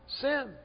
sin